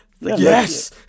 Yes